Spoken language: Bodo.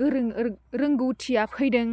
गोरों रो रोंगौथिया फैदों